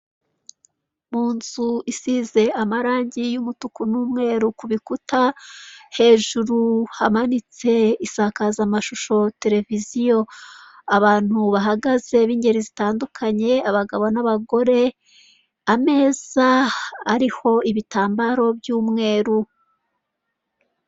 Mu nzu isize amarange y'umutuku n'umweru ku bikuta hejuru hamanitse isakazamashusho televiziyo. Abantu bahagaze bingeri zitandukanye abagabo n'abagore ameza ariho ibitambaro by'umweru.